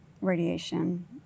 radiation